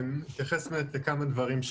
אצלנו ולכן המספרים הרבה יותר גדולים.